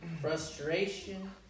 frustration